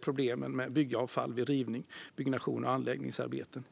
problemen med byggavfall vid rivning, byggnation och anläggningsarbeten.